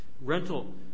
Rental